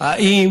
האם